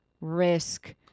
risk